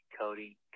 Cody